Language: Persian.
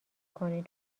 کنین